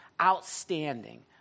outstanding